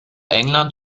england